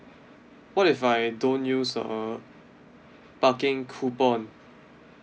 what if I don't use the parking coupon